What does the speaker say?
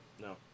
No